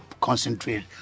concentrate